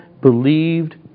believed